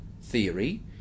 theory